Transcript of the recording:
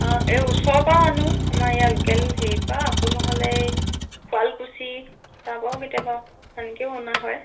অ' এই ওচৰৰ পৰাও আনোঁ আমাৰ ইয়াৰ লোকেল হেৰি পৰা আকৌ নহ'লে এই শুৱালকুছি তাৰপৰাও কেতিয়াবা সেনেকৈও অনা হয়